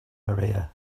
maria